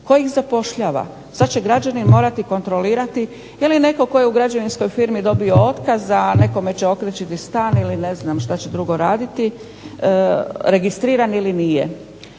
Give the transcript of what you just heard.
Tko ih zapošljava? Sad će građani morati kontrolirati je li netko tko je u građevinskoj firmi dobio otkaz, a nekome će okrečiti stan ili ne znam šta će drugo raditi registriran ili nije.